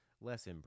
less